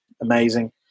amazing